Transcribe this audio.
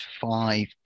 five